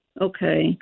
Okay